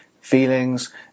feelings